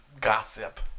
gossip